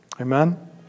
Amen